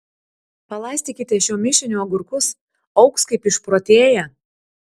palaistykite šiuo mišiniu agurkus augs kaip išprotėję